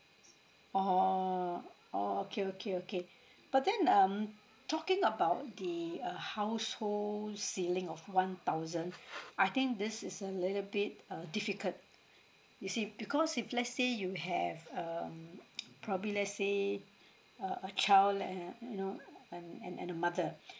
oh oh okay okay okay but then um talking about the uh household ceiling of one thousand I think this is a little bit uh difficult you see because if let's say you have um probably let's say a a child like err you know and and and a mother